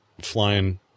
flying